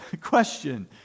Question